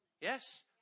Yes